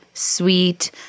sweet